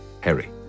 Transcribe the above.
Harry